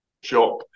shop